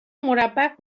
مربع